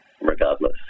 regardless